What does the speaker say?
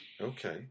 Okay